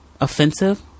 offensive